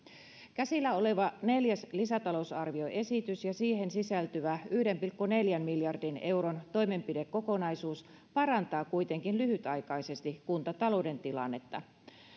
käsillä oleva neljäs lisätalousarvioesitys ja siihen sisältyvä yhden pilkku neljän miljardin euron toimenpidekokonaisuus parantaa kuitenkin lyhytaikaisesti kuntatalouden tilannetta